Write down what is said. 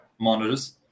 monitors